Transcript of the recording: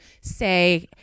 say